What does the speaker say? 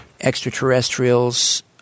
extraterrestrials